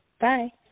Bye